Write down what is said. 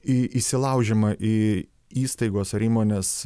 į įsilaužiama į įstaigos ar įmonės